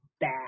back